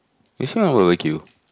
is not a barbeque